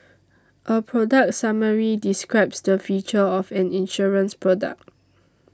a product summary describes the features of an insurance product